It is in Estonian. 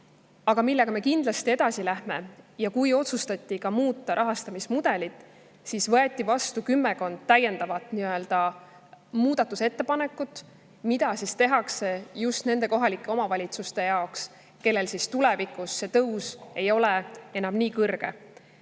Millega me kindlasti edasi läheme? Kui otsustati muuta rahastamismudelit, siis võeti vastu kümmekond täiendavat muudatusettepanekut. Seda tehti just nende kohalike omavalitsuste jaoks, kellel tulevikus ei ole see tõus enam nii suur.